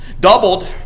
doubled